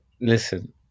listen